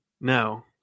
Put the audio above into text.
No